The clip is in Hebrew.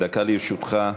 דקה לרשותך.